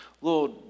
Lord